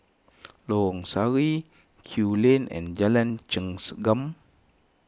Lorong Sari Kew Lane and Jalan